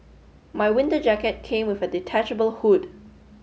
my winter jacket came with a detachable hood